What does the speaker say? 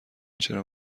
چرا